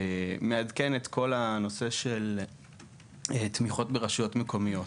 מעדכן את כל הנושא של תמיכות ברשויות מקומיות.